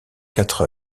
quatre